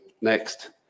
next